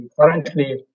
currently